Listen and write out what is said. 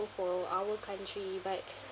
for our country but